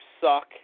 suck